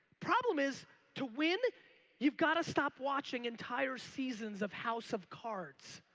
problem is to win you've gotta stop watching entire seasons of house of cards.